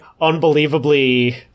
unbelievably